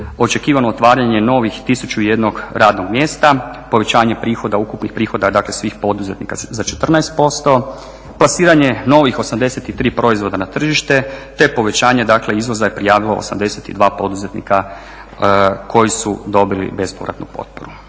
očekivano otvaranje novih 1001 ranog mjesta, povećanje prihoda, ukupnih prihoda dakle svih poduzetnika za 14%, plasiranje novih 83 proizvoda na tržište te povećanje dakle izvoza je prijavilo 82 poduzetnika koji su dobili bespovratnu potporu.